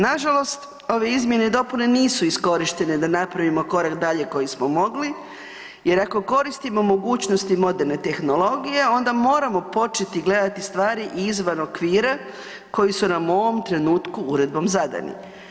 Nažalost, ove izmjene i dopune nisu iskorištene da napravimo korak dalje koji smo mogli jer ako koristimo mogućnosti moderne tehnologije, onda moramo početi gledati stvari izvan okvira koji su nam u ovom trenutku uredbom zadani.